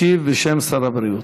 משיב בשם שר הבריאות.